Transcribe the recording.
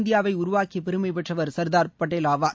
இந்தியாவை உருவாக்கிய பெருமை பெற்றவர் சர்தார் படேல் ஆவார்